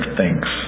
thanks